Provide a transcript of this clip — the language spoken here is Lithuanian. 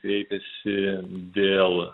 kreipiasi dėl